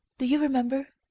do you remember,